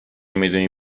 میدونی